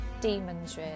demons